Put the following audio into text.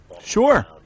Sure